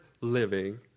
living